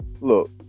Look